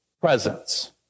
presence